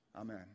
Amen